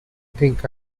think